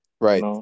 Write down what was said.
Right